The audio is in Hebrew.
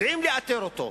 יודעים לאתר אותו.